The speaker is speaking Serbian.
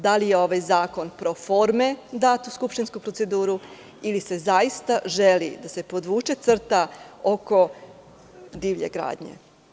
Da li je ovaj zakon pro forme dat u skupštinsku proceduru ili se zaista želi podvući crta oko divlje gradnje?